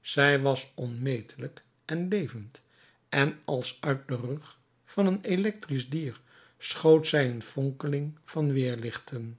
zij was onmetelijk en levend en als uit den rug van een electrisch dier schoot zij een fonkeling van weerlichten